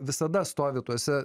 visada stovi tose